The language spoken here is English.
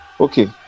okay